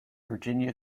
virginia